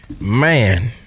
Man